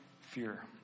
fear